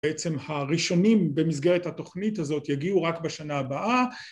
‫בעצם הראשונים במסגרת התוכנית הזאת ‫יגיעו רק בשנה הבאה.